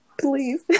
Please